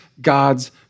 God's